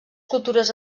cultures